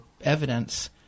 evidence